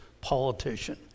politician